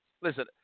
Listen